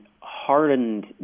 hardened